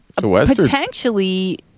potentially